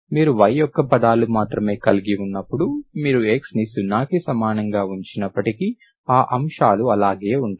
మీరు y యొక్క పదాలు మాత్రమే కలిగి ఉన్నప్పుడు మీరు x ని 0కి సమానంగా ఉంచినప్పటికీ ఆ అంశాలు అలాగే ఉంటాయి